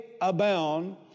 abound